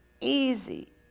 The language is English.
easy